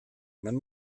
man